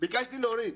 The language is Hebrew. ביקשתי להוריד.